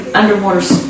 underwater